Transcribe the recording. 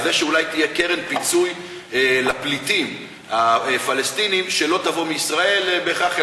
על זה שאולי תהיה קרן פיצוי לפליטים הפלסטינים שלא תבוא מישראל בהכרח,